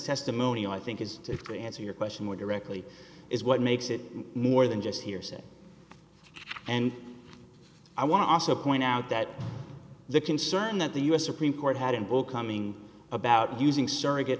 testimonial i think is to answer your question more directly is what makes it more than just hearsay and i want to also point out that the concern that the u s supreme court had in both coming about using surrogate